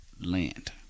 land